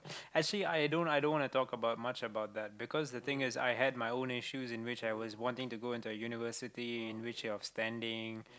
actually i don't i don't want to talk about much about that because the thing is I had my own issues in which I was wanting to go into a university in which it was pending